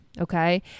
Okay